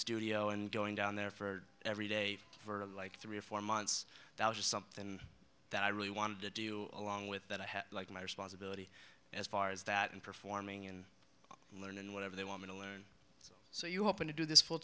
studio and going down there for every day for like three or four months that was something that i really wanted to do along with that i had like my responsibility as far as that and performing and learn and whatever they want me to learn so you hoping to do this full